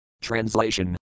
Translation